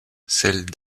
celle